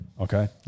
Okay